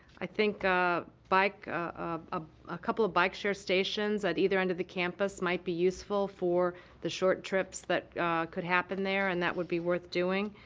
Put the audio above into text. i think ah bike ah a couple of bike share stations at either end of the campus might be useful for the short trips that could happen there, and that would be worth doing.